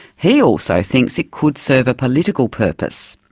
he also thinks it could serve a political purpose.